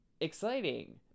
exciting